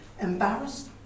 Embarrassed